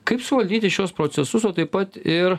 kaip suvaldyti šiuos procesus o taip pat ir